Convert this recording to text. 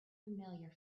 familiar